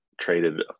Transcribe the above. traded